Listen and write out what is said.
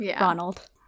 Ronald